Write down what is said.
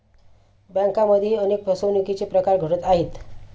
बँकांमध्येही अनेक फसवणुकीचे प्रकार घडत आहेत